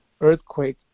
earthquake